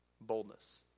boldness